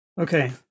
Okay